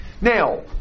Now